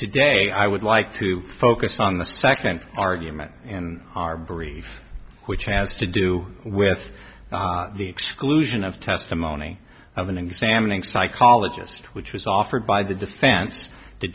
today ok i would like to focus on the second argument in our brief which has to do with the exclusion of testimony of an examining psychologist which was offered by the defense t